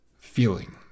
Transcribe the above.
feeling